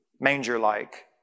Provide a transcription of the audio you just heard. manger-like